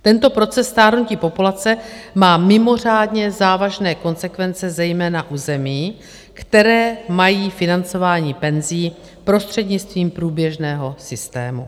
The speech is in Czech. Tento proces stárnutí populace má mimořádně závažné konsekvence zejména u zemí, které mají financování penzí prostřednictvím průběžného systému.